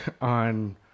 on